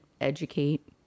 educate